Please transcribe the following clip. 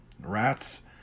Rats